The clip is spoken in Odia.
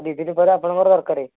ଦୁଇଦିନ ପରେ ଆପଣଙ୍କର ଦରକାରେ